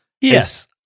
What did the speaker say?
Yes